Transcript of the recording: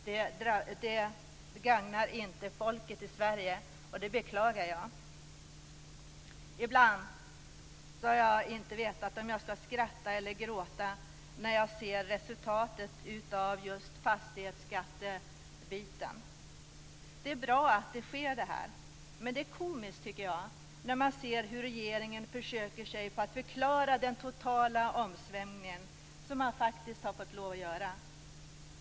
Det gagnar inte heller folket i Sverige, och det beklagar jag. Ibland har jag inte vetat om jag skall skratta eller gråta när jag ser resultatet av fastighetsskatten. Det är bra att det sker, men det är komiskt att se regeringen försöka sig på att förklara den totala omsvängning den har fått lov att göra.